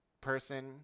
person